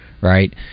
Right